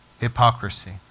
hypocrisy